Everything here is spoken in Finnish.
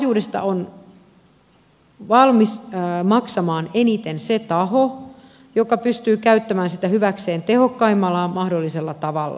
taajuudesta on valmis maksamaan eniten se taho joka pystyy käyttämään sitä hyväkseen tehokkaimmalla mahdollisella tavalla